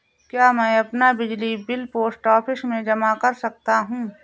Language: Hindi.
क्या मैं अपना बिजली बिल पोस्ट ऑफिस में जमा कर सकता हूँ?